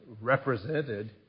represented